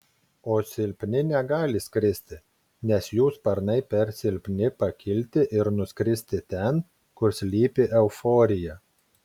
o silpni negali skristi nes jų sparnai per silpni pakilti ir nuskristi ten kur slypi euforija